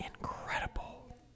Incredible